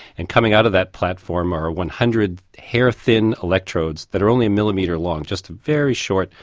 and coming out of that platform are are one hundred hair-thin electrodes that are only a millimetre long, just a very short,